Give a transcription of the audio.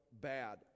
bad